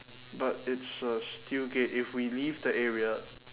but it's a steel gate if we leave the area